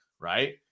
right